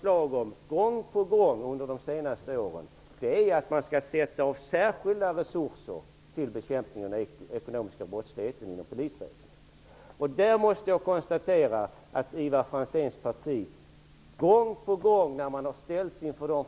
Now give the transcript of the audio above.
Det vi gång på gång har lagt fram förslag om är att man skall avsätta särskilda resurser till polisväsendet för bekämpning av den ekonomiska brottsligheten. När Ivar Franzéns parti har ställts inför dessa förslag har man gång efter annan röstat emot dem.